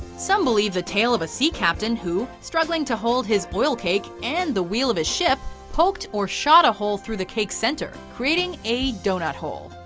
some believe the tale of a sea captain who, struggling to hold his oil cake and the wheel of his ship, poked or shot a hole through the cake center, creating a doughnut hole,